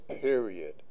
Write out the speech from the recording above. period